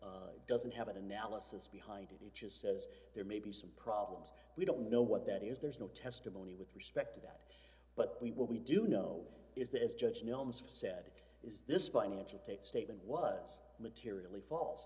memo doesn't have an analysis behind it each is says there may be some problems we don't know what that is there's no testimony with respect to that but we will we do know is this judge gnome xfce said is this financial tape statement was materially false